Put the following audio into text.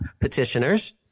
petitioners